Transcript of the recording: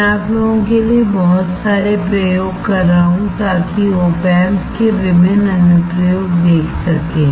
मैं आप लोगों के लिए बहुत सारे प्रयोग कर रहा हूँ ताकि आप Op Amps के विभिन्न अनुप्रयोग देख सकें